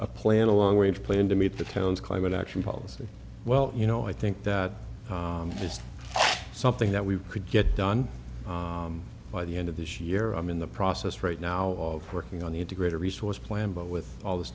a plan a long range plan to meet the town's climate action policy well you know i think that is something that we could get done by the end of this year i'm in the process right now of working on the integrated resource plan but with all this